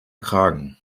kragen